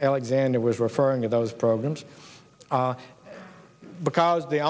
alexander was referring to those programs because the